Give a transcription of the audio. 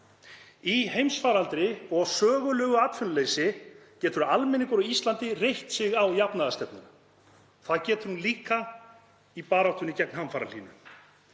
Í heimsfaraldri og sögulegu atvinnuleysi getur almenningur á Íslandi reitt sig á jafnaðarstefnuna. Það getur hún líka í baráttunni gegn hamfarahlýnun.